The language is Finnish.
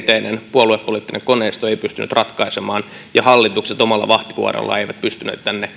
perinteinen puoluepoliittinen koneisto ei pystynyt ratkaisemaan ja hallitukset omalla vahtivuorollaan eivät pystyneet tänne